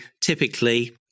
typically